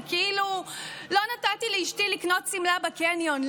כאילו: לא נתתי לאשתי לקנות שמלה בקניון.